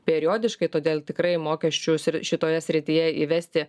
periodiškai todėl tikrai mokesčius ir šitoje srityje įvesti